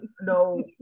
no